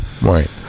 Right